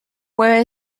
were